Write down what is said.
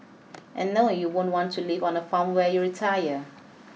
and no you won't want to live on a farm when you retire